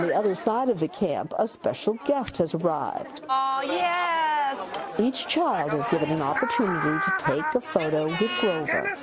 and other side of the camp, a special guest has arrived. ah yeah each child is given an opportunity to take a photo